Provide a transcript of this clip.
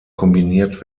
kombiniert